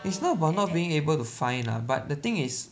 it's not about not being able to find lah but the thing is